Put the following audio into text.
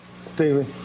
Stevie